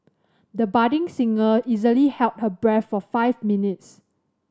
the budding singer easily held her breath for five minutes